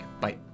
Bye